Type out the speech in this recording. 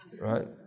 Right